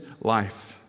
life